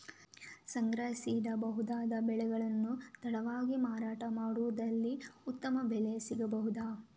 ಸಂಗ್ರಹಿಸಿಡಬಹುದಾದ ಬೆಳೆಗಳನ್ನು ತಡವಾಗಿ ಮಾರಾಟ ಮಾಡುವುದಾದಲ್ಲಿ ಉತ್ತಮ ಬೆಲೆ ಸಿಗಬಹುದಾ?